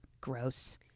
Gross